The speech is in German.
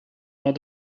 war